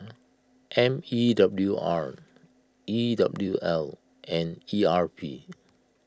M E W R E W L and E R P